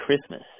Christmas